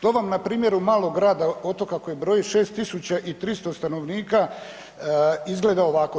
To vam na primjeru malog grada, otoka koji broj 6300 stanovnika izgleda ovako.